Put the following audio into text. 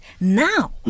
Now